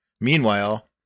Meanwhile